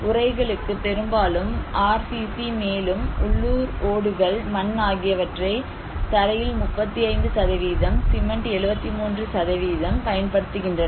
உரைகளுக்கு பெரும்பாலும் R C C மேலும் உள்ளூர் ஓடுகள் மண் ஆகியவற்றை தரையில் 35 சிமென்ட் 73 பயன்படுத்துகின்றனர்